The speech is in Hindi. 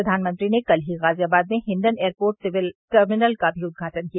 प्रधानमंत्री ने कल ही गाजियाबाद में हिंडन एयरपोर्ट सिविल टर्मिनल का उद्घाटन किया